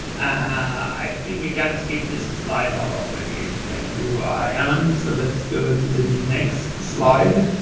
i think we can skip this this slide already explain who i am so let's go to the next slide.